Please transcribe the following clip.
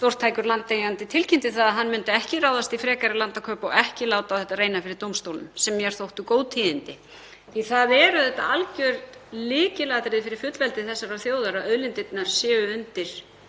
stórtækur landeigandi tilkynnti að hann myndi ekki ráðast í frekari landakaup og ekki láta á þetta reyna fyrir dómstólum, sem mér þóttu góð tíðindi því það er algjört lykilatriði fyrir fullveldi þessarar þjóðar að auðlindirnar séu undir